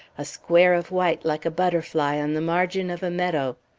a square of white, like a butterfly on the margin of a meadow.